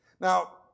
Now